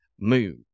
move